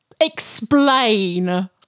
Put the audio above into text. explain